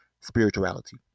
spirituality